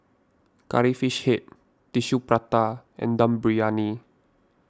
Curry Fish Head Tissue Prata and Dum Briyani